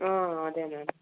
అదే మ్యామ్